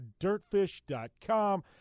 DirtFish.com